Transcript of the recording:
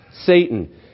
Satan